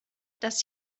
dass